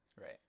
Right